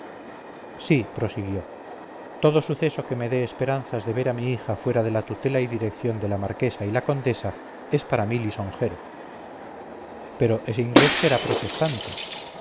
bretaña sí prosiguió todo suceso que me dé esperanzas de ver a mi hija fuera de la tutela y dirección de la marquesa y la condesa es para mí lisonjero pero ese inglés será protestante